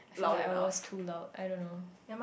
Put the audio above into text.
I feel like I was too loud I don't know